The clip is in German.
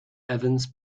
evans